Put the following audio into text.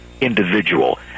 individual